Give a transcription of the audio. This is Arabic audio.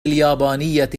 اليابانية